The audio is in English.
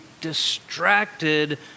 distracted